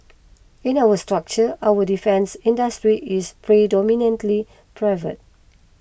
in our structure our defence industry is predominantly private